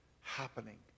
happening